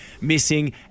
missing